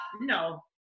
no